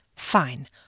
Fine